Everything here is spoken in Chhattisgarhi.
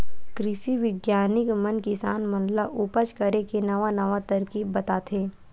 कृषि बिग्यानिक मन किसान मन ल उपज करे के नवा नवा तरकीब बताथे